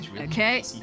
Okay